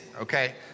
Okay